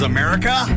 America